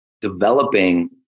developing